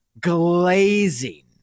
glazing